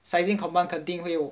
sizing command 肯定会